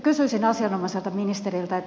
kysyisin asianomaiselta ministeriltä